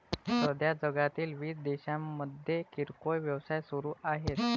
सध्या जगातील वीस देशांमध्ये किरकोळ व्यवसाय सुरू आहेत